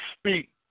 speak